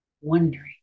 wondering